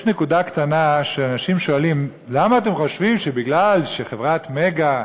יש נקודה קטנה שאנשים שואלים: למה אתם חושבים שמכיוון שחברת "מגה"